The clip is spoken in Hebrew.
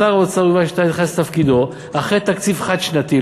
כששר האוצר יובל שטייניץ נכנס לתפקידו אחרי תקציב חד-שנתי,